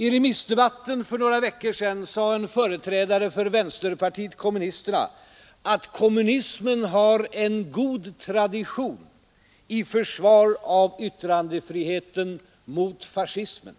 I remissdebatten för några veckor sedan sade en företrädare för vänsterpartiet kommunisterna, att kommunismen har en god tradition i försvar av yttrandefriheten mot fascismen.